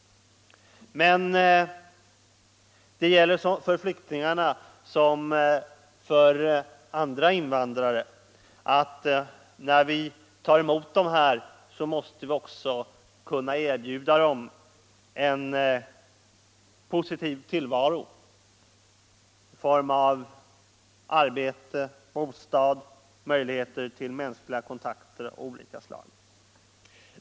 Och för både flyktingar och andra invandrare gäller, att när vi tar emot dem måste vi också kunna erbjuda dem en positiv tillvaro i form av arbete, bostad och möjligheter till mänskliga kontakter av olika slag.